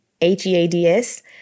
H-E-A-D-S